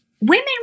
women